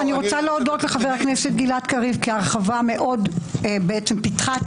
אני רוצה להודות לחבר הכנסת גלעד קריב כי ההרחבה מאוד פיתחה את